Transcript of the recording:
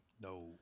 No